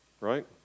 right